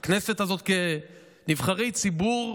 בכנסת הזאת כנבחרי ציבור,